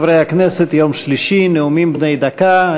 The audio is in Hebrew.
חברי הכנסת, יום שלישי, נאומים בני דקה.